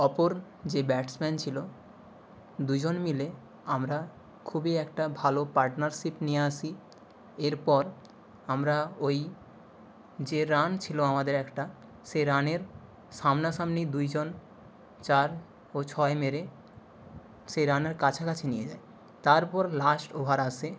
অপর যে ব্যাটসম্যান ছিলো দুজন মিলে আমরা খুবই একটা ভালো পার্টনারশিপ নিয়ে আসি এরপর আমরা ওই যে রান ছিলো আমাদের একটা সে রানের সামনা সামনি দুইজন চার ও ছয় মেরে সেই রানের কাছাকাছি নিয়ে যাই তারপর লাস্ট ওভার আসে